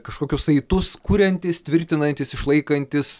kažkokius saitus kuriantis tvirtinantis išlaikantis